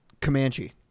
Comanche